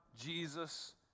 Jesus